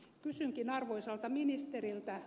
kysynkin arvoisalta ministeriltä